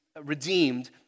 redeemed